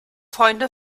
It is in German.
freunde